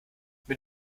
mit